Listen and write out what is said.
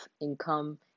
income